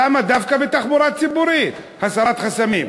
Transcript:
למה דווקא בתחבורה ציבורית הסרת חסמים?